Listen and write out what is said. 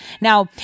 now